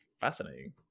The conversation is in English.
fascinating